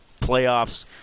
playoffs